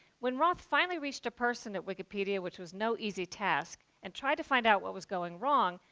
when roth finally reached a person at wikipedia which was no easy task and tried to find out what was going wrong,